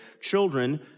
children